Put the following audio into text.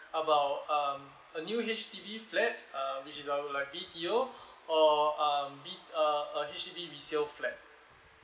about um a new H_D_B flat uh which is I'd like B_T_O or um B~ uh a H_D_B resale flat